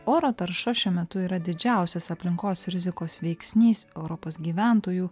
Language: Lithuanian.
oro tarša šiuo metu yra didžiausias aplinkos rizikos veiksnys europos gyventojų